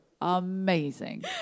Amazing